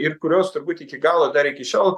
ir kurios turbūt iki galo dar iki šiol